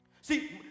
see